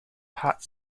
pat